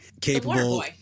capable